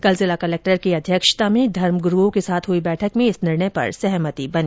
कल जिला कलक्टर की अध्यक्षता में धर्म ग्रूओं के साथ हई बैठक में इस निर्णय पर सहमति बनी